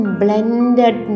blended